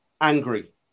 angry